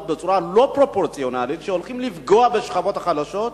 בצורה לא פרופורציונלית הולכים לפגוע בשכבות החלשות,